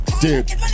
dude